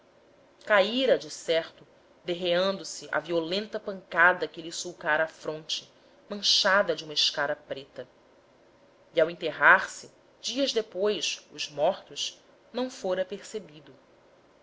possante caíra certo derreando se à violenta pancada que lhe sulcara a fronte manchada de uma escara preta e ao enterrar se dias depois os mortos não fora percebido